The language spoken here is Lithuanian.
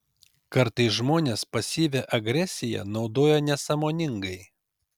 kartais žmonės pasyvią agresiją naudoja nesąmoningai